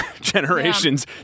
generations